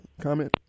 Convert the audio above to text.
comment